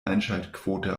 einschaltquote